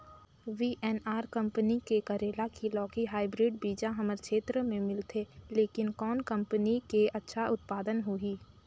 VNR company के करेला की लौकी हाईब्रिड बीजा हमर क्षेत्र मे मिलथे, लेकिन कौन कंपनी के अच्छा उत्पादन होही?